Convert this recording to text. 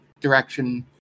direction